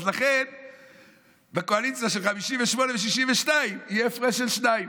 אז לכן בקואליציה של 58 ו-62 יהיה הפרש של שניים.